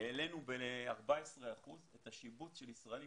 העלינו ב-14 אחוזים את השיבוץ של ישראלים